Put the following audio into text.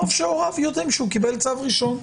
טוב שהוריו יודעים שהוא קיבל צו ראשון.